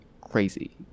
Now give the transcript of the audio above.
crazy